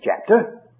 chapter